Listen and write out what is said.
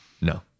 No